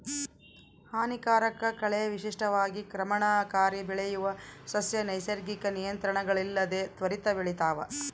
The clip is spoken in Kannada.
ಹಾನಿಕಾರಕ ಕಳೆ ವಿಶಿಷ್ಟವಾಗಿ ಕ್ರಮಣಕಾರಿ ಬೆಳೆಯುವ ಸಸ್ಯ ನೈಸರ್ಗಿಕ ನಿಯಂತ್ರಣಗಳಿಲ್ಲದೆ ತ್ವರಿತ ಬೆಳಿತಾವ